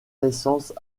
naissance